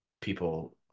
people